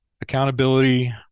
accountability